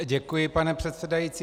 Děkuji, pane předsedající.